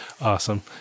Awesome